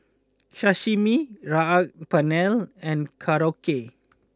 Sashimi Saag Paneer and Korokke